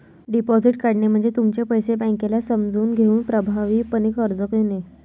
deposit काढणे म्हणजे तुमचे पैसे बँकेला समजून घेऊन प्रभावीपणे कर्ज देणे